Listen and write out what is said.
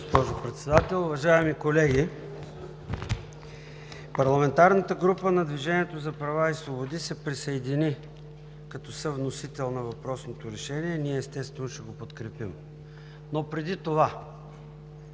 Ви, госпожо Председател. Уважаеми колеги, парламентарната група на „Движението за права и свободи“ се присъедини като съвносител на въпросното решение. Ние естествено ще го подкрепим, но преди това